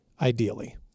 ideally